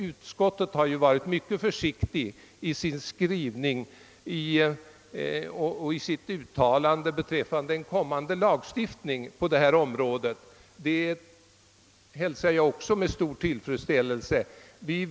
Utskottet har varit mycket försiktigt i sin skrivning och i sitt uttalande beträffande en kommande lagstiftning på detta område. även detta hälsar jag med stor tillfredsställelse.